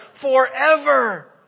forever